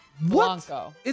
Blanco